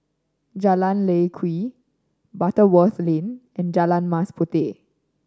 Jalan Lye Kwee Butterworth Lane and Jalan Mas Puteh